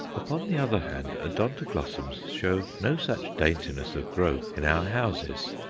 upon the other hand, odontoglossums show no such daintiness of growth in our houses.